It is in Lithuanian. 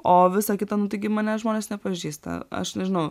o visa kita nu taigi manęs žmonės nepažįsta aš nežinau